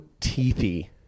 teethy